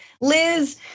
Liz